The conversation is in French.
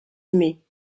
aimée